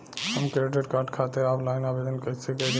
हम credit card खातिर offline आवेदन कइसे करि?